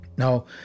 Now